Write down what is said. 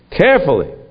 carefully